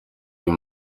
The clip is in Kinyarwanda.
uyu